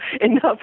enough